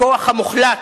הכוח המוחלט,